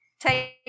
Take